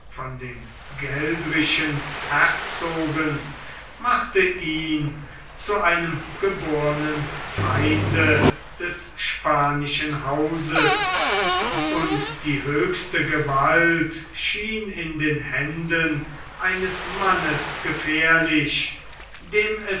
von den geldrischen herzogen machte ihn zu einem gebornen feinde des spanischen hauses und die höchste gewalt schien in den händen eines mannes gefährlich dem